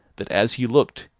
that as he looked,